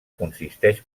consisteix